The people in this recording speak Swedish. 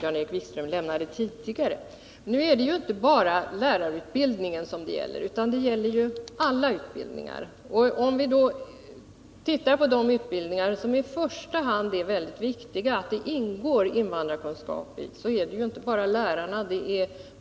Jan-Erik Wikström lämnade tidigare. Nu är det inte bara lärarutbildningen som det gäller, utan det gäller alla utbildningar. Det är också väldigt viktigt att invandrarkunskap ingår i vårdpersonalens utbildning.